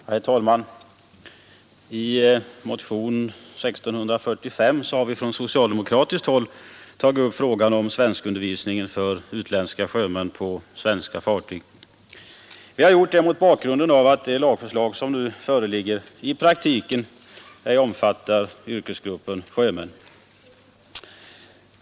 Herr talman! I motion 1645 har vi från socialdemokratiskt håll tagit upp frågan om svenskundervisningen för utländska sjömän på svenska fartyg. Vi har gjort det mot bakgrunden av att det lagförslag som nu föreligger i praktiken ej omfattar yrkesgruppen sjömän.